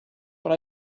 but